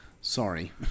Sorry